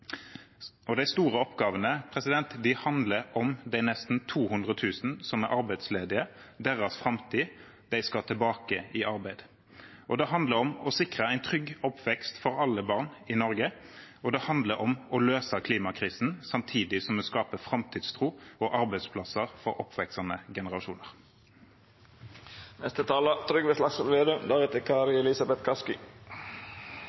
De store oppgavene handler om de nesten 200 000 som er arbeidsledige, og deres framtid – de skal tilbake i arbeid. Det handler også om å sikre en trygg oppvekst for alle barn i Norge, og det handler om å løse klimakrisen samtidig som vi skaper framtidstro og arbeidsplasser for